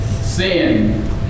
sin